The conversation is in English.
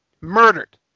Murdered